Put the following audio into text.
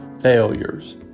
failures